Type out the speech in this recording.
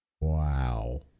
Wow